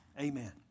Amen